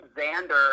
Xander